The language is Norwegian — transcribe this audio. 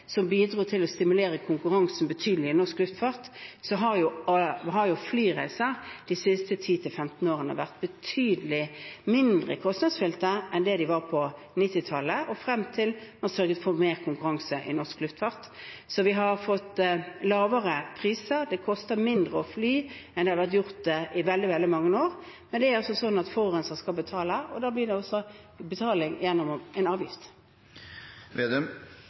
som bidro til å stimulere konkurransen betydelig i norsk luftfart, har flyreiser de siste 10–15 årene vært betydelig mindre kostnadsfylte enn det de var på 1990-tallet og frem til man sørget for mer konkurranse i norsk luftfart. Så vi har fått lavere priser. Det koster mindre å fly enn det har gjort i veldig mange år. Men det er altså slik at forurenser skal betale, og da blir det betaling gjennom en avgift. I revidert nasjonalbudsjett i fjor var det en